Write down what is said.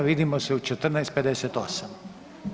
Vidimo se u 14,58